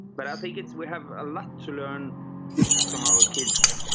but i think it's we have a lot to learn from our kids